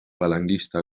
falangista